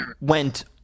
went